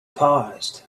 paused